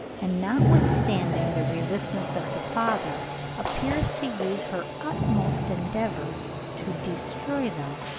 and notwithstanding the resistance of the father appears to use her utmost endeavours to destroy them.